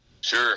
Sure